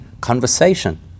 conversation